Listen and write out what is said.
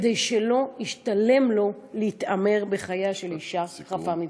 כדי שלא ישתלם לו להתעמר באישה חפה מפשע?